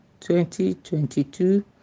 2022